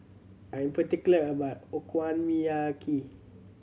I am particular about Okonomiyaki